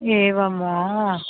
एवं वा